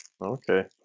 okay